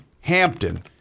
Hampton